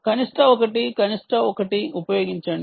కనిష్ట 1 కనిష్ట 1 ఉపయోగించండి